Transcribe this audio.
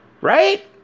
Right